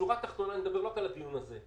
בשורה התחתונה, אני מדבר לא רק על הדיון הזה.